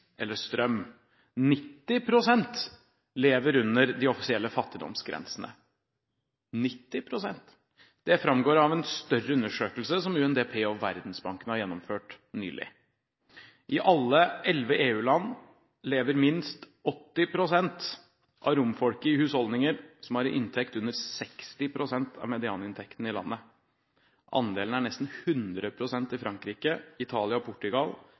eller strøm. 90 pst. lever under de offisielle fattigdomsgrensene – 90 pst.! Det framgår av en større undersøkelse som UNDP og Verdensbanken har gjennomført nylig. I alle de elleve EU-landene i undersøkelsen lever minst 80 pst. av romfolket i husholdninger som har en inntekt på under 60 pst. av medianinntekten i landet. Andelen er nesten 100 pst. i Frankrike, Italia og